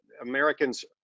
Americans